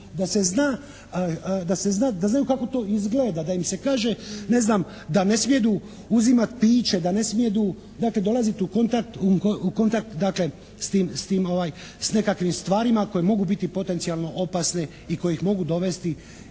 da se zna, da znaju kako to izgleda, da im se kaže ne znam da ne smjedu uzimati piće, da ne smjedu dakle dolaziti u kontakt dakle s tim, s nekakvim stvarima koje mogu biti potencijalno opasne i koje ih mogu dovesti